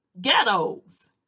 ghettos